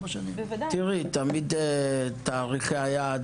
תראי, תמיד לא עמדו בתאריכי היעד.